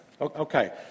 Okay